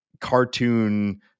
cartoon